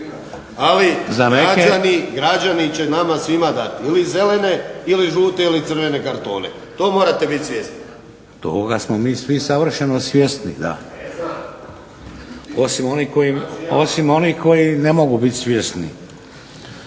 Ali građani će nama svima dati, ili zelene ili žute ili crvene kartone. To morate bit svjesni. **Šeks, Vladimir (HDZ)** Toga smo mi svi savršeno svjesni. Osim onih koji ne mogu biti svjesni.